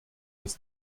des